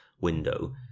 window